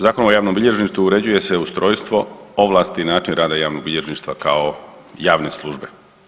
Zakonom o javnom bilježništvu uređuje se ustrojstvo, ovlasti i način rada javnog bilježništva kao javne službe.